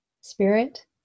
spirit